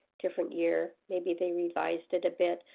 different year. maybe they revised it a bit.